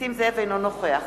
אינו נוכח